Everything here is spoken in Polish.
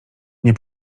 nie